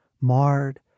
marred